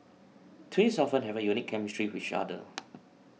twins often have a unique chemistry with each other